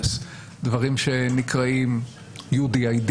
דברים שנקראים UDID,